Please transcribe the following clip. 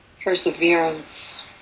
Perseverance